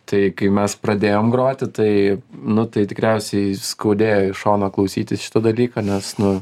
tai kai mes pradėjom groti tai nu tai tikriausiai skaudėjo iš šono klausytis šitą dalyką nes nu